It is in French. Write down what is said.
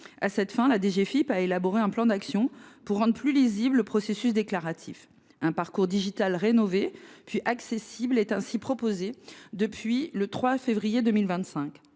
À cette fin, la DGFiP a élaboré un plan d’action pour rendre plus lisible le processus déclaratif. Un parcours digital rénové et accessible est ainsi proposé depuis le 3 février 2025.